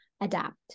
adapt